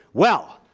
well,